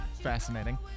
fascinating